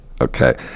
okay